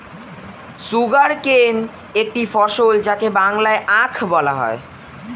sugarcane একটি ফসল যাকে বাংলায় আখ বলা হয়